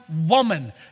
woman